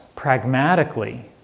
pragmatically